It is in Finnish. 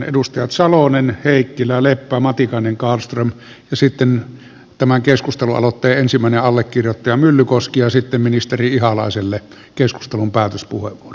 edustajat salonen heikkilä leppä matikainen kallström ja sitten tämän keskustelualoitteen ensimmäinen allekirjoittaja myllykoski ja sitten ministeri ihalaiselle keskustelun päätöspuheenvuoro